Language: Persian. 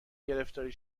گرفتاری